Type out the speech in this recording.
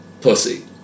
pussy